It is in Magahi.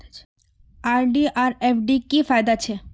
आर.डी आर एफ.डी की फ़ायदा छे?